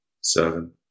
seven